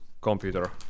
computer